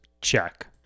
Check